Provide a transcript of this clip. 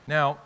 Now